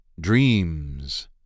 Dreams